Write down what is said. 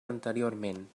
anteriorment